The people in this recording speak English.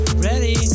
Ready